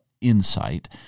insight